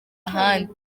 ahandi